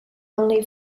only